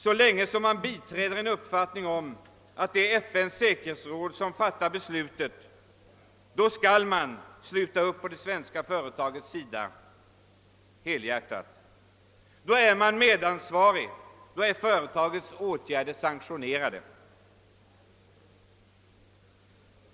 Så länge man biträder uppfattningen att det är FN:s säkerhetsråd som har att fatta beslut rörande sanktioner skall man helhjärtat sluta upp på det svenska företagets sida. Då är man medansvarig, då är företagets åtgärder godtagna.